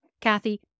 Kathy